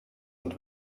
und